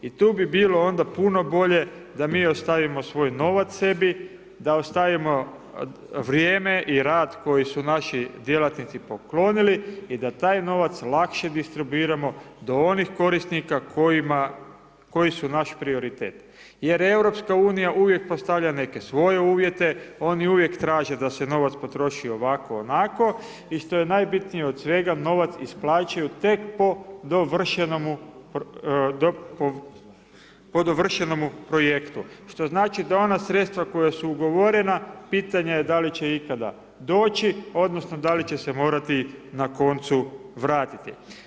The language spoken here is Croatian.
I tu bi bilo onda puno bolje da mi ostavimo svoj novac sebi da ostavimo vrijeme i rad koji su naši djelatnici poklonili i da taj novac lakše distribuiramo do onih korisnika koji su naš prioritet, jer EU uvijek postavlja neke svoje uvjete oni uvijek traže da se novac potroši ovako onako i što je najbitnije od sve novac isplaćuju tek po dovršenomu projektu što znači da ona sredstva koja su ugovorena pitanje je da li će ikada doći odnosno da li će se morati na koncu vratiti.